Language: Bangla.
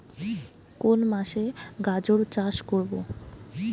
কোন মাসে গাজর চাষ করব?